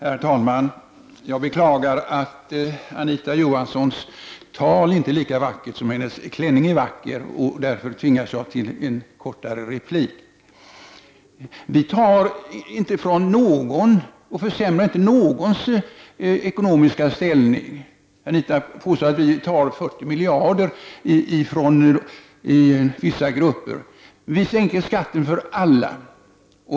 Herr talman! Jag beklagar att Anita Johanssons tal inte är lika vackert som hennes klänning är vacker. Därför tvingas jag till en kort replik. Vi tar inte ifrån någon och försämrar inte någons ekonomiska situation. Anita Johansson påstod att vi tar 40 miljarder från vissa grupper. Men vi sänker skatten för alla.